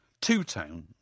two-tone